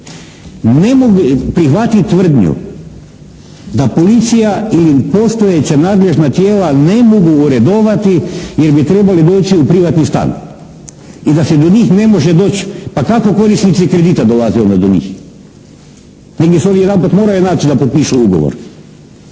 prihvatiti tvrdnju da policija ili postojeća nadležna tijela ne mogu uredovati jer bi trebali doći u privatni stan i da se do njih ne može doći. Pa kako korisnici kredita dolaze onda do njih? Negdje se oni jedanput moraju naći da potpišu ugovor.